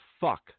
fuck